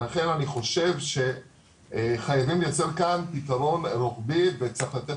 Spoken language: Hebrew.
לכן אני חושב שחייבים לייצר כאן פתרון רוחבי וצריך לתת